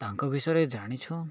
ତାଙ୍କ ବିଷୟରେ ଜାଣିଛୁ